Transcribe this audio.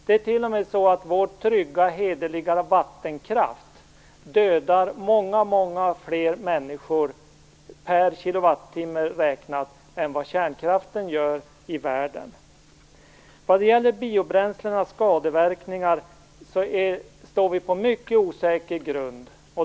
Det är t.o.m. så att vår trygga, hederliga vattenkraft dödar många fler människor i världen per kilowattimme räknat än vad kärnkraften gör. Vad gäller biobränslenas skadeverkningar står vi på mycket osäker grund.